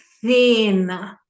thin